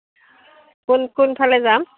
কোন কোন কোনফালে যাম